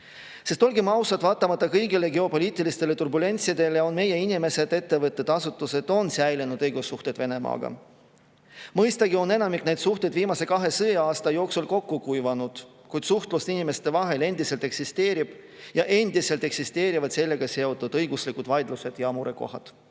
Olgem ausad, vaatamata kõigile geopoliitilistele turbulentsidele, on meie inimestel, ettevõtetel ja asutustel säilinud õigussuhted Venemaaga. Mõistagi on enamik neid suhteid viimase kahe sõja-aasta jooksul kokku kuivanud, kuid suhtlus inimeste vahel endiselt eksisteerib ja endiselt eksisteerivad sellega seotud õiguslikud vaidlused ja murekohad.